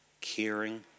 caring